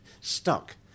stuck